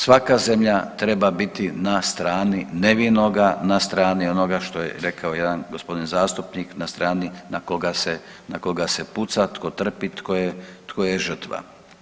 Svaka zemlja treba biti na strani nevinoga, na strani ono ga što je rekao jedan gospodin zastupnik na strani na koga se puca, tko trpi, tko je žrtva.